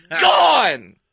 Gone